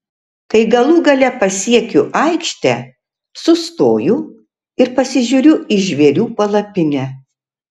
kai galų gale pasiekiu aikštę sustoju ir pasižiūriu į žvėrių palapinę